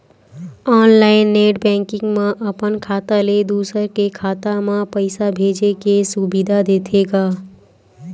online net banking म अपन खाता ले दूसर के खाता म पइसा भेजे के सुबिधा देथे गा